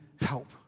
help